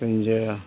ᱨᱤᱸᱡᱷᱟᱹ